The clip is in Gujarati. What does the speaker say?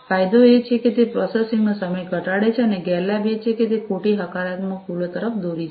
ફાયદો એ છે કે તે પ્રોસેસિંગ નો સમય ઘટાડે છે અને ગેરલાભ એ છે કે તે ખોટી હકારાત્મક ભૂલો તરફ દોરી જાય છે